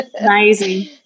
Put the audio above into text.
amazing